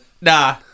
Nah